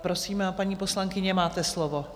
Prosím, paní poslankyně, máte slovo.